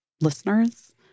listeners